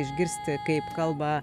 išgirsti kaip kalba